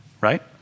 right